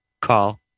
call